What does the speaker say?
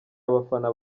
abafana